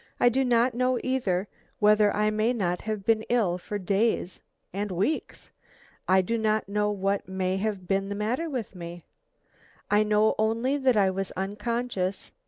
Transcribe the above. i do not know either whether i may not have been ill for days and weeks i do not know what may have been the matter with me i know only that i was unconscious,